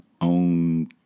own